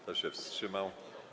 Kto się wstrzymał?